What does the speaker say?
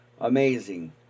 Amazing